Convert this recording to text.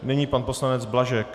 Nyní pan poslanec Blažek.